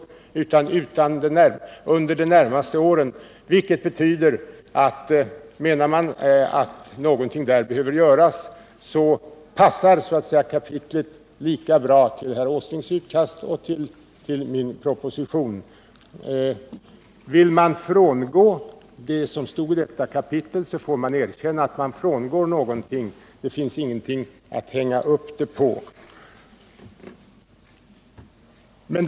Det betyder att om man menar att något där behöver göras, så passar kapitlet så att säga lika bra till herr Åslings utkast som till min proposition. Vill man frångå det som stod i det kapitlet får man också erkänna att man frångår någonting. Det finns ingenting att hänga upp ett sådant handlande på.